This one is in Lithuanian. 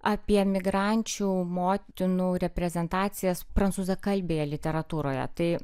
apie migrančių motinų reprezentacijas prancūzakalbėje literatūroje tai